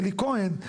אלי כהן,